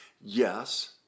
yes